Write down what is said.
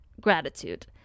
gratitude